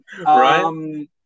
Right